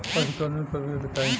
पशु के उन्नत प्रभेद बताई?